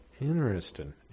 Interesting